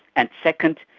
and second,